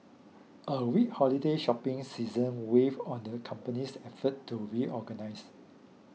a weak holiday shopping season weighed on the company's efforts to reorganise